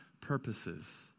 purposes